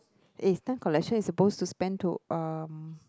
eh stamp collection is supposed to span to um